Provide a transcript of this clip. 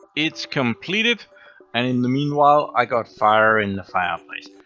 it's completed and in the meanwhile i got fire in the fireplace.